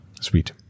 Sweet